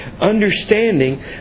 understanding